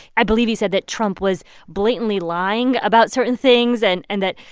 i believe he said that trump was blatantly lying about certain things and and that,